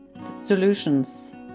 solutions